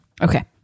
Okay